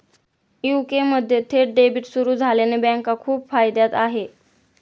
UK मध्ये थेट debit सुरू झाल्याने बँका खूप फायद्यात आहे